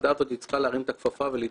והוועדה הזאת צריכה להרים את הכפפה ולדרוש